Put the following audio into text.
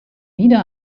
wieder